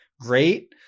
great